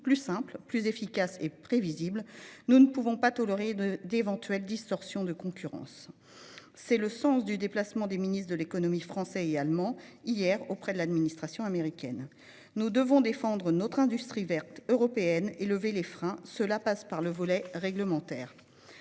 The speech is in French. plus simple, plus efficace et prévisible, nous ne pouvons pas tolérer d'éventuelles distorsions de concurrence. C'est pourquoi les ministres de l'économie français et allemand se sont déplacés hier auprès de leurs homologues américains. Nous devons défendre notre industrie verte européenne et lever les freins. Cela passe par le volet réglementaire,